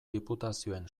diputazioen